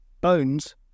Bones